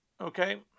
Okay